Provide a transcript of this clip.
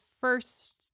first